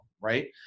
right